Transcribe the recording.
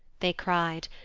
they cry'd,